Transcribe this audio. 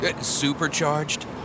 Supercharged